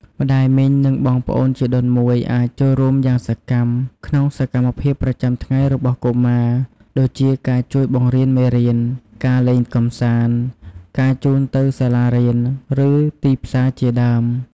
ម្ដាយមីង និងបងប្អូនជីដូនមួយអាចចូលរួមយ៉ាងសកម្មក្នុងសកម្មភាពប្រចាំថ្ងៃរបស់កុមារ ដូចជាការជួយបង្រៀនមេរៀន ការលេងកម្សាន្ត ការជូនទៅសាលារៀន ឬទីផ្សារជាដើម។